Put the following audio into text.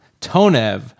Tonev